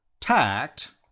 Tact